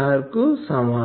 Ar కు సమానం